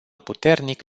puternic